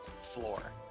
floor